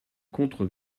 contre